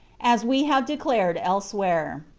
as we have declared elsewhere.